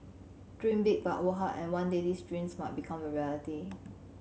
dream big but work hard and one day these dreams might become a reality